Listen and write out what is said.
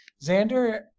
xander